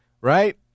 right